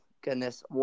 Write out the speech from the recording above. goodness